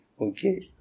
Okay